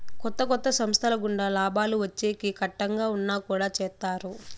కొత్త కొత్త సంస్థల గుండా లాభాలు వచ్చేకి కట్టంగా ఉన్నా కుడా చేత్తారు